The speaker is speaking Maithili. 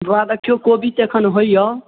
बाबा दखियौ कोबी तऽ एखन होइए